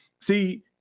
See